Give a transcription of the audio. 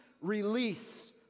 release